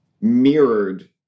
mirrored